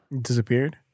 disappeared